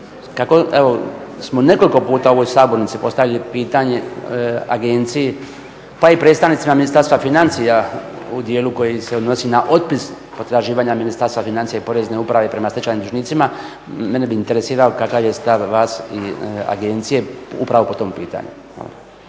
evo smo nekoliko puta u ovoj sabornici postavili pitanje agenciji, pa i predstavnicima Ministarstva financija u dijelu koji se odnosi na otpis potraživanja Ministarstva financija i Porezne uprave prema stečajnim dužnicima, mene bi interesiralo kakav je stav vas i agencije, upravo po tom pitanju?